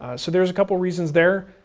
so there's a couple of reasons there,